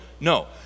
No